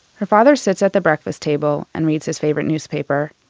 her father sits at the breakfast table, and reads his favorite newspaper.